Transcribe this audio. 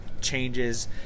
changes